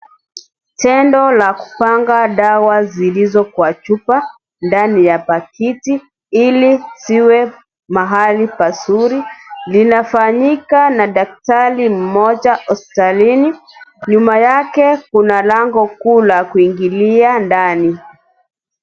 Tendo la kupanga dawa zilizo kwa chupa, ndani ya pakiti ili ziwe mahali pazuri. Linafanyika na daktari mmoja hospitalini nyuma yake kuna lango kuu la kuingilia ndani.